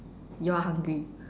you are hungry